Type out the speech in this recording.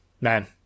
man